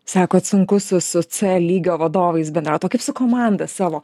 sakot sunku su su c lygio vadovais bendraut o kaip su komanda savo